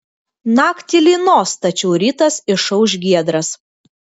naktį lynos tačiau rytas išauš giedras